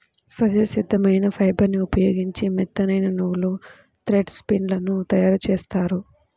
సహజ సిద్ధమైన ఫైబర్ని ఉపయోగించి మెత్తనైన నూలు, థ్రెడ్ స్పిన్ లను తయ్యారుజేత్తారు